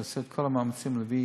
יעשה את כל המאמצים להביא